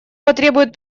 потребуют